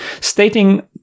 stating